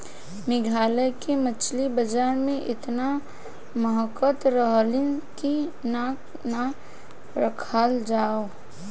मेघालय के मछली बाजार में एतना महकत रलीसन की नाक ना राखल जाओ